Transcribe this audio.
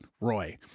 Roy